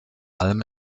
allem